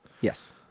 Yes